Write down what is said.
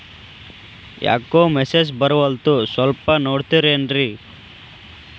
ಯಾಕೊ ಮೆಸೇಜ್ ಬರ್ವಲ್ತು ಸ್ವಲ್ಪ ನೋಡ್ತಿರೇನ್ರಿ?